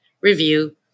review